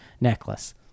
necklace